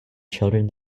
children